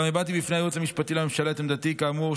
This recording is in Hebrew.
גם הבעתי בפני הייעוץ המשפטי לממשלה את עמדתי כאמור,